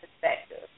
perspective